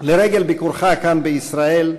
לרגל ביקורך כאן בישראל,